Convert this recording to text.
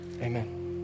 Amen